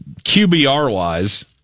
QBR-wise